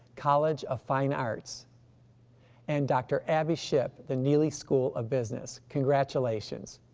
college of fine arts and dr. abbie shipp, the neeley school of business, congratulations.